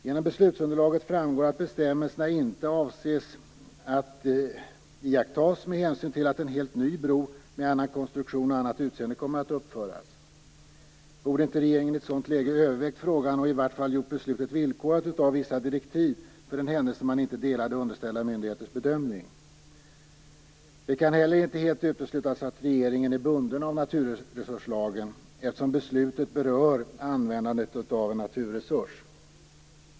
Genom beslutsunderlaget framgår att bestämmelserna inte avses att iakttas med hänsyn till att en helt ny bro med annan konstruktion och annat utseende kommer att uppföras. Borde inte regeringen i ett sådant läge övervägt frågan och i varje fall gjort beslutet villkorat av vissa direktiv för den händelse man inte delade underställda myndigheters bedömning? Det kan heller inte helt uteslutas att regeringen är bunden av naturresurslagen, eftersom beslutet berör användandet av en naturresurs.